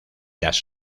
las